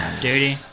duty